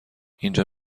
اینجا